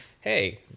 hey